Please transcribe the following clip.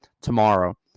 tomorrow